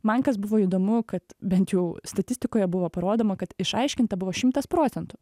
man kas buvo įdomu kad bent jau statistikoje buvo parodoma kad išaiškinta buvo šimtas procentų